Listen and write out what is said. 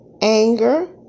anger